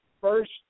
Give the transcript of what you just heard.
first